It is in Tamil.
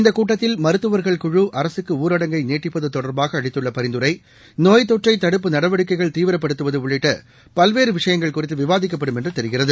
இந்த கூட்டத்தில் மருத்துவர்கள் குழு அரசுக்கு ஊரடங்கை நீட்டிப்பது தொடர்பாக அளித்துள்ள பரிந்துரை நோய்த்தொற்றை தடுப்பு நடவடிக்கைகளை தீவிரப்படுத்துவது உள்ளிட்ட பல்வேறு விஷயங்கள் குறித்து விவாதிக்கப்படும் என்று தெரிகிறது